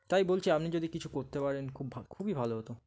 তাই বলছি আপনি যদি কিছু করতে পারেন খুব ভা খুবই ভালো হতো